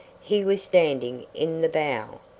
he was standing in the bow.